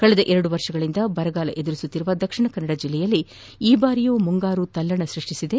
ಕಳೆದ ಎರಡು ವರ್ಷಗಳಿಂದ ಬರ ಎದುರಿಸುತ್ತಿರುವ ದಕ್ಷಿಣ ಕನ್ನಡ ಜಿಲ್ಲೆಯಲ್ಲಿ ಭಾರಿಯೂ ಮುಂಗಾರು ತಲ್ಲಣ್ಣ ಸೃಷ್ಷಿಸಿದೆ